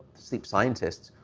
sleep scientists,